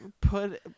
put